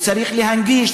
צריך להנגיש,